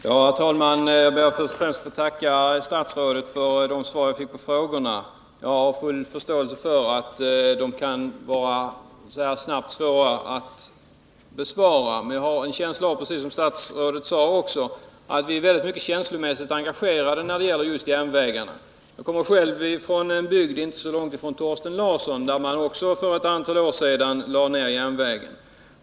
Herr talman! Jag ber att först få tacka statsrådet för det svar jag fick på mina frågor. Jag har full förståelse för att det kan vara svårt att besvara dem så här snabbt, men jag tror att vi är mycket känslomässigt engagerade när det gäller just järnvägarna, vilket statsrådet även sade. Jag kommer själv ifrån en bygd icke så långt från Thorsten Larssons och där man för ett antal år sedan också lade ner järnvägen.